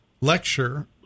lecture